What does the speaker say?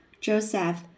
Joseph